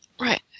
Right